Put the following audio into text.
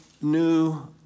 new